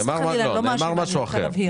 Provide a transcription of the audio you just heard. נאמר פה משהו אחר.